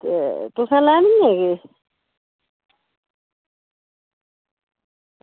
ते तुसें लैनी ऐ के